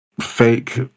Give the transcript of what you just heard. fake